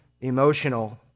emotional